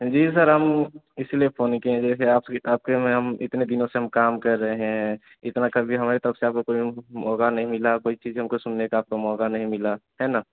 जी sir हम इसलिए phone किए जैसे आपके आपके में हम इतने दिनों से हम काम कर रहे हैं इतना कभी हमारी तरफ़ से आपको कोई मौक़ा नहीं मिला कोई चीज़ हमको सुनने का आपको मौक़ा नहीं मिला है ना